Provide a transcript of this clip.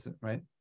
right